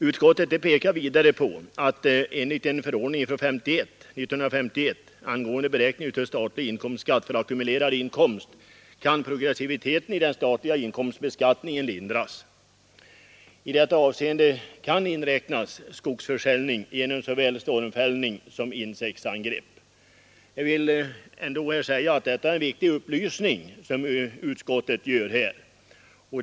Utskottet pekar vidare på att enligt en förordning från 1951 angående beräkning av statlig inkomstskatt för ackumulerad inkomst kan progressiviteten i den statliga inkomstbeskattningen lindras. I detta avseende kan inräknas skogsförsäljning på grund av såväl stormfällning som insektsangrepp. Jag vill säga att det är en viktig upplysning som utskottet här ger.